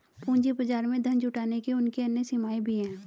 पूंजी बाजार में धन जुटाने की उनकी अन्य सीमाएँ भी हैं